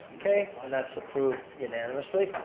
okay and that's approved unanimously.